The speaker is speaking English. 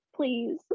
Please